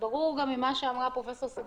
ברור גם ממה שנאמר שיש